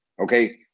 okay